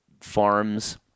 farms –